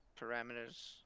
parameters